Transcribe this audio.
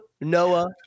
Noah